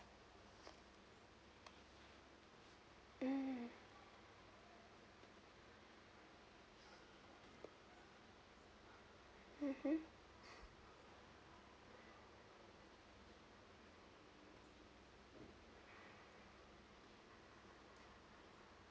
mm mmhmm